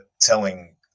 telling